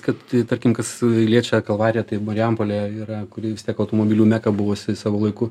kad tarkim kas liečia kalvariją tai marijampolė yra kuri vis tiek automobilių meka buvusi savo laiku